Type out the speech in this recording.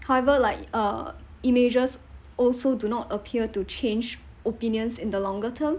however like uh images also do not appear to change opinions in the longer term